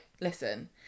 listen